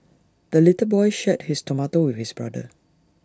the little boy shared his tomato with his brother